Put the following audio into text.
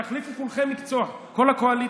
תחליפו כולכם מקצוע, כל הקואליציה.